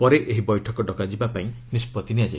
ପରେ ଏହି ବୈଠକ ଡକାଯିବାକୁ ନିଷ୍ପତ୍ତି ନିଆଯାଇଛି